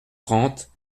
trente